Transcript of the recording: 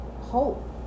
hope